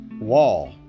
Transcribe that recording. wall